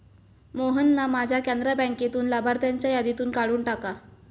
मोहनना माझ्या कॅनरा बँकेतून लाभार्थ्यांच्या यादीतून काढून टाका